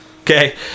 Okay